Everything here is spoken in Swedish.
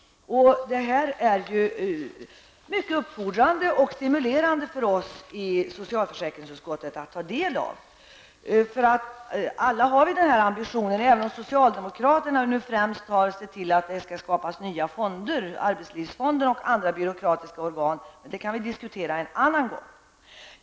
Det här är mycket uppfordrande och stimulerande för oss i socialförsäkringsutskottet att ta del av. Alla har vi dessa ambitioner, även om socialdemokraterna nu främst har att se till att det skapas nya fonder -- Arbetslivsfonden och andra byråkratiska organ. Men den saken kan vi diskutera en annan gång.